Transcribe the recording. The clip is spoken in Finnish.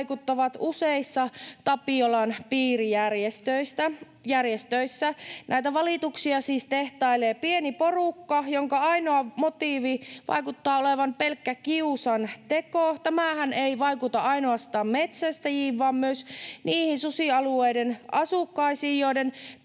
vaikuttavat useissa Tapiolan piirijärjestöissä. Näitä valituksia siis tehtailee pieni porukka, jonka ainoa motiivi vaikuttaa olevan pelkkä kiusanteko. Tämähän ei vaikuta ainoastaan metsästäjiin vaan myös niihin susialueiden asukkaisiin,